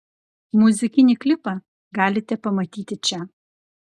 muzikinį klipą galite pamatyti čia